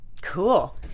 Cool